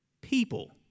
people